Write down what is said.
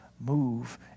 move